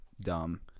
dumb